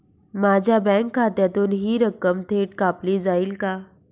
माझ्या बँक खात्यातून हि रक्कम थेट कापली जाईल का?